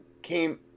came